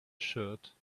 shirt